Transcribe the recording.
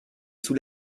sous